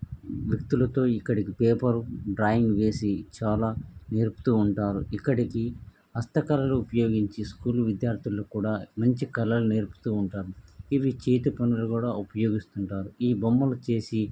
వ్యక్తులతో ఇక్కడికి paper drawing వేసి చాలా నేర్పుతు ఉంటారు ఇక్కడికి హస్తకళలు ఉపయోగించి స్కూల్ విద్యార్థులు కూడా మంచి కళలు నేర్పుతు ఉంటారు ఇవి చేతి పనులు కూడా ఉపయోగిస్తుంటారు ఈ బొమ్మలు చేసి